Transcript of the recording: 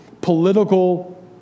political